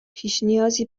پیشنیازی